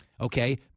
Okay